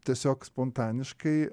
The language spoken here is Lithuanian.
tiesiog spontaniškai